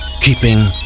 keeping